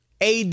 AD